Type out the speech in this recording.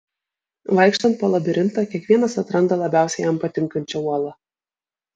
vaikštant po labirintą kiekvienas atranda labiausiai jam patinkančią uolą